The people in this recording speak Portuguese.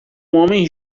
homem